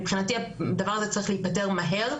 מבחינתי הדבר הזה צריך להיפתר מהר,